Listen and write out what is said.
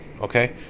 okay